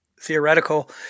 theoretical